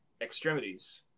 extremities